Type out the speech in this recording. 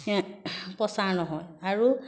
প্ৰচাৰ নহয় আৰু